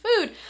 food